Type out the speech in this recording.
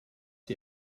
die